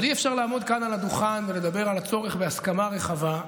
אבל אי-אפשר לעמוד כאן על הדוכן ולדבר על הצורך בהסכמה רחבה,